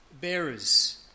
bearers